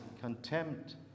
contempt